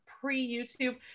pre-youtube